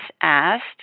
asked